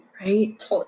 right